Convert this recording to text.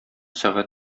сәгать